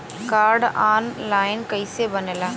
Card online कइसे बनेला?